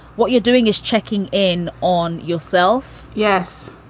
what you're doing is checking in on yourself. yes.